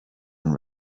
and